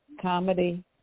comedy